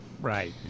Right